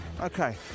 Okay